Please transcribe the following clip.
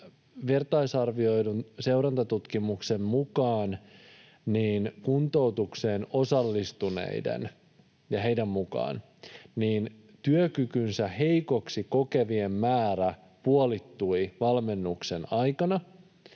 vertaisarvioidun seurantatutkimuksen mukaan kuntoutukseen osallistuneista työkykynsä heikoksi kokevien määrä puolittui valmennuksen aikana